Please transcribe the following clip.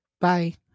Bye